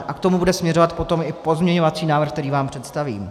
A k tomu bude směřovat potom i pozměňovací návrh, který vám představím.